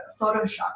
Photoshop